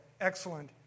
excellent